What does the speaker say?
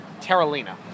Terralina